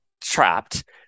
trapped